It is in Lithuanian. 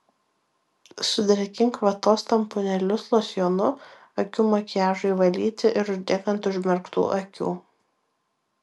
sudrėkink vatos tamponėlius losjonu akių makiažui valyti ir uždėk ant užmerktų akių